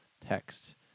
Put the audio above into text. text